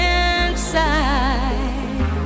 inside